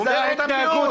לא, תזמן דיון.